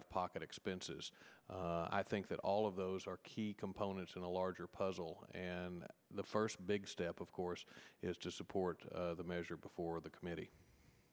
of pocket expenses i think that all of those are key components in a larger puzzle and the first big step of course is just support the measure before the committee